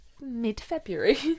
mid-february